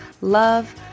love